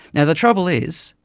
yeah the trouble is,